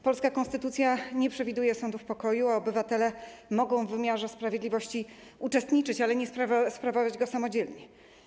Polska konstytucja nie przewiduje sądów pokoju, a obywatele mogą w wymiarze sprawiedliwości uczestniczyć, ale nie sprawować go samodzielnie.